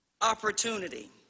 opportunity